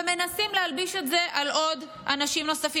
ומנסים להלביש את זה על אנשים נוספים.